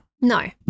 No